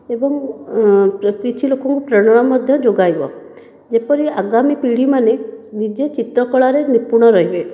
ଏବଂ କିଛି ଲୋକଙ୍କୁ ପ୍ରେରଣା ମଧ୍ୟ ଯୋଗାଇବ ଯେପରି ଆଗାମୀ ପିଢ଼ିମାନେ ନିଜେ ଚିତ୍ର କଳାରେ ନିପୁଣ ରହିବେ